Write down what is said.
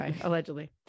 allegedly